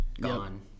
gone